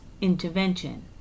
intervention